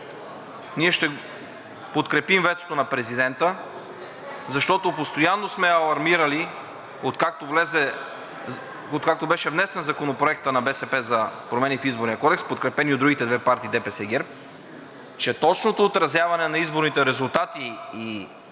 ние ще подкрепим ветото на президента, защото постоянно сме алармирали, откакто беше внесен Законопроектът на БСП за промени в Изборния кодекс, подкрепен и от другите две партии – ДПС и ГЕРБ, че точното отразяване на изборните резултати и